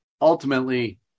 ultimately